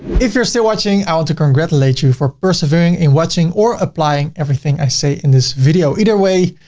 if you're still watching, i want to congratulate you for persevering in watching or applying everything i say in this video, either way.